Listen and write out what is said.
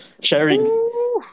sharing